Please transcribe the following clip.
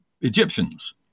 Egyptians